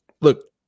look